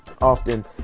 often